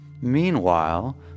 Meanwhile